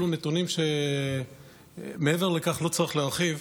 אלו נתונים שמעבר לכך לא צריך להרחיב,